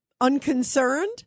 unconcerned